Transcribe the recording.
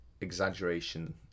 exaggeration